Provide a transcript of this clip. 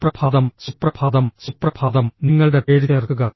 സുപ്രഭാതം സുപ്രഭാതം സുപ്രഭാതം നിങ്ങളുടെ പേര് ചേർക്കുക